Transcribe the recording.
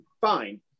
fine